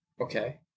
Okay